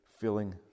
filling